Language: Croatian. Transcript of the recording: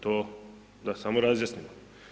To da samo razjasnim.